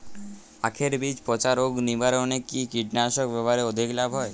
আঁখের বীজ পচা রোগ নিবারণে কি কীটনাশক ব্যবহারে অধিক লাভ হয়?